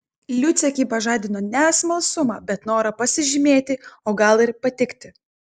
liucė gi pažadino ne smalsumą bet norą pasižymėti o gal ir patikti